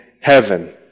heaven